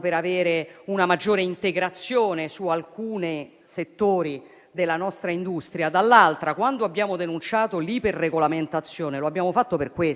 per avere una maggiore integrazione in alcuni settori della nostra industria, ma dall'altra, quando abbiamo denunciato l'iper-regolamentazione, lo abbiamo fatto proprio